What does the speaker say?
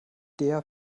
der